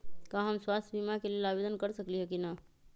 का हम स्वास्थ्य बीमा के लेल आवेदन कर सकली ह की न?